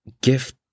gift